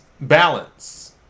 Balance